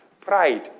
pride